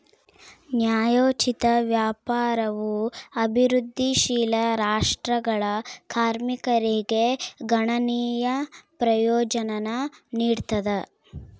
ನ್ಯಾಯೋಚಿತ ವ್ಯಾಪಾರವು ಅಭಿವೃದ್ಧಿಶೀಲ ರಾಷ್ಟ್ರಗಳ ಕಾರ್ಮಿಕರಿಗೆ ಗಣನೀಯ ಪ್ರಯೋಜನಾನ ನೀಡ್ತದ